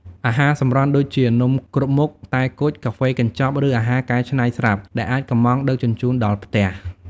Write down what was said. អាហារសម្រន់ដូចជា នំគ្រប់មុខ តែគុជ កាហ្វេកញ្ចប់ ឬអាហារកែច្នៃស្រាប់ ដែលអាចកម្ម៉ង់ដឹកជញ្ជូនដល់ផ្ទះ។